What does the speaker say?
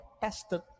tested